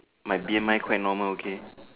my B_M_I quite normal okay